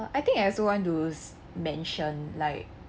I think I also want to mention like